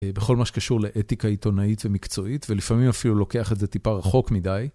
בכל מה שקשור לאתיקה עיתונאית ומקצועית ולפעמים אפילו לוקח את זה טיפה רחוק מדי.